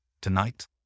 Tonight